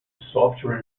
software